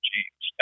James